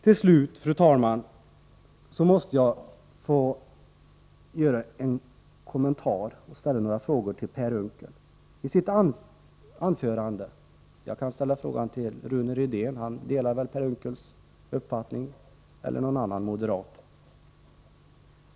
Till slut, fru talman, måste jag få göra en kommentar till Per Unckels anförande och ställa några frågor till honom. Jag kan också fråga Rune Rydén, som väl delar Per Unckels uppfattning, eller någon annan moderat.